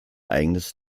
eigenes